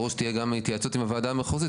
ברור שתהיה גם התייעצות עם הוועדה המחוזית,